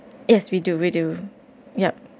yes we do we do yup